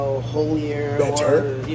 holier